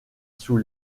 sous